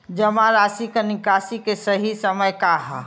जमा राशि क निकासी के सही समय का ह?